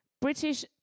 British